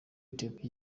ethiopie